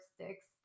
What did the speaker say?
sticks